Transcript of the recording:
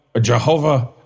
Jehovah